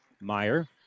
Meyer